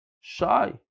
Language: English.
shy